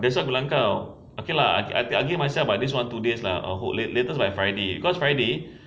that's why aku bilang kau okay lah I th~ I give myself this one two days lah a who~ la~ latest by friday cause friday